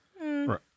Right